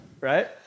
right